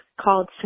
called